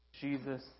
Jesus